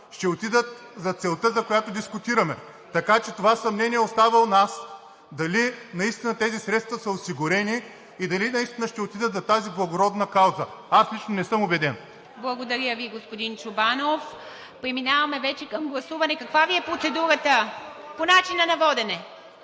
ще отидат за целта, за която дискутираме. Така че това съмнение остава у нас дали наистина тези средства са осигурени и дали ще отидат за тази благородна кауза? Аз лично не съм убеден. ПРЕДСЕДАТЕЛ ИВА МИТЕВА: Благодаря Ви, господин Чобанов. Преминаваме към гласуване. Каква Ви е процедурата? По начина на водене.